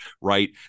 right